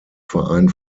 verein